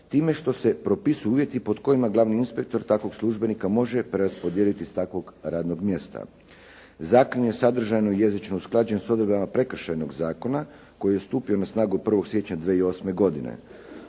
time što se propisuju uvjeti pod kojima glavni inspektor takvog službenika može preraspodijeliti s takvog radnog mjesta. Zakon je sadržajno jezično usklađen s odredbama Prekršajnog zakona koji je stupio na snagu 1. siječnja 2008. godine.